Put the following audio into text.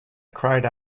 cried